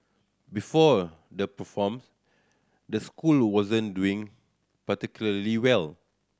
before the perform the school wasn't doing particularly well